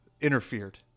interfered